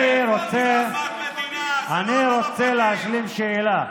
אני רוצה להשלים שאלה.